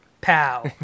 Pow